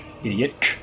Idiot